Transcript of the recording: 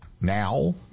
now